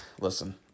Listen